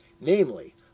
namely